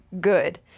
good